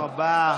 תודה רבה.